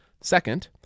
second